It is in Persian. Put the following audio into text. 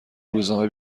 روزنامه